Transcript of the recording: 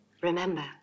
Remember